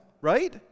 Right